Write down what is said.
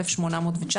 1,819,